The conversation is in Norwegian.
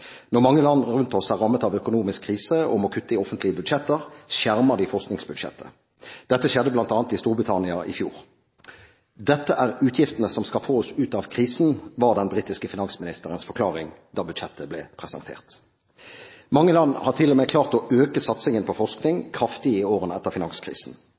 Når mange land rundt oss er rammet av økonomisk krise og må kutte i offentlige budsjetter, skjermer de forskningsbudsjettet. Dette skjedde bl.a. i Storbritannia i fjor. Dette er utgiftene som skal få oss ut av krisen, var den britiske finansministerens forklaring da budsjettet ble presentert. Mange land har til og med klart å øke satsingen på forskning kraftig i årene etter finanskrisen.